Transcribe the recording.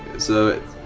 so it